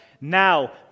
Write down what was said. Now